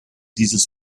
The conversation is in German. dieses